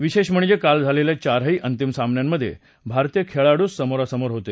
विशेष म्हणजे काल झालेल्या चारही अंतिम सामन्यांमध्ये भारतीय खेळाडूच समोरासमोर होते